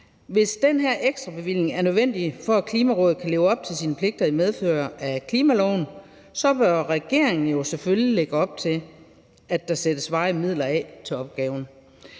Hvis den her ekstrabevilling er nødvendig, for at Klimarådet kan leve op til sine pligter i medfør af klimaloven, så bør regeringen jo selvfølgelig lægge op til, at der sættes varige midler af til opgaven,